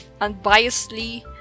unbiasedly